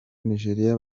nigeria